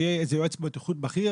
שיהיה איזה יועץ בטיחות בכיר,